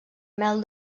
mel